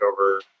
over